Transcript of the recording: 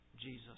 Jesus